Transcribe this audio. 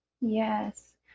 yes